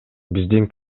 биздин